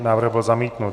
Návrh byl zamítnut.